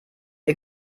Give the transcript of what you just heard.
ihr